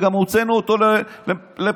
וגם הוצאנו אותו לפרסום.